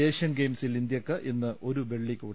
ഏഷ്യൽ ഗെയിംസിൽ ഇന്ത്യയ്ക്ക് ഇന്ന് ഒരു വെള്ളി കൂടി